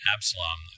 Absalom